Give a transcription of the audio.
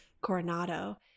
Coronado